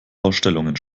ausstellungen